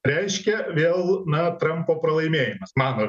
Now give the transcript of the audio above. reiškia vėl na trampo pralaimėjimas mano